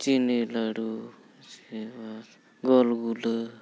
ᱪᱤᱱᱤ ᱞᱟᱹᱰᱩ ᱜᱚᱞᱜᱩᱞᱟᱹ